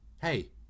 Hey